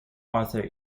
author